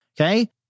Okay